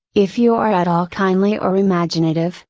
if you are at all kindly or imaginative,